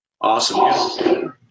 Awesome